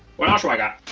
what else do i got?